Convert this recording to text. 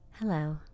Hello